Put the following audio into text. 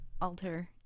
alter